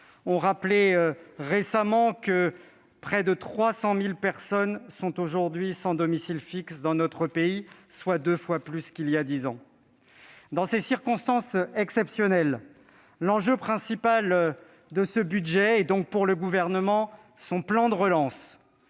a rappelé récemment que près de 300 000 personnes sont aujourd'hui sans domicile fixe dans notre pays, soit deux fois plus qu'il y a dix ans. Dans ces circonstances exceptionnelles, l'enjeu principal de ce budget est donc le plan de relance